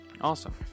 Awesome